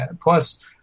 Plus